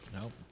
Nope